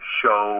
show